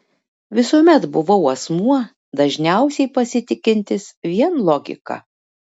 visuomet buvau asmuo dažniausiai pasitikintis vien logika